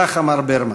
כך אמר ברמן: